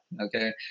Okay